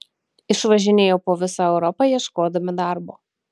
išvažinėjo po visą europą ieškodami darbo